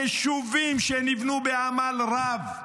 יישובים שנבנו בעמל רב,